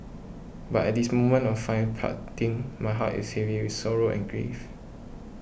but at this moment of fine parting my heart is heavy with sorrow and grief